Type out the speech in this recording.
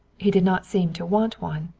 he did not seem to want one.